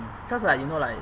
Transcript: cause like you know like